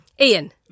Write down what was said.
Ian